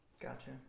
Gotcha